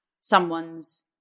someone's